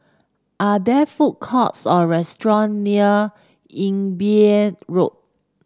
are there food courts or restaurant near Imbiah Road